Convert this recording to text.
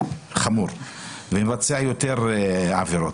חמור ומבצע יותר עבירות.